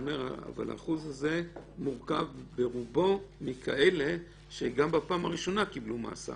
אבל השיעור הזה מורכב ברובו מאלה שגם בפעם הראשונה קיבלו מאסר.